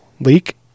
Leak